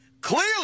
Clearly